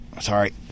sorry